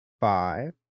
five